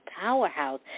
powerhouse